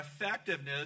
effectiveness